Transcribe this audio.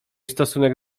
stosunek